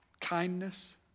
Kindness